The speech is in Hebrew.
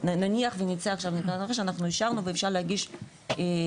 נניח ונצא עכשיו מנקודת הנחה שאנחנו אישרנו ואפשר להגיש --- אגב,